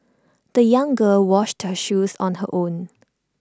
the young girl washed her shoes on her own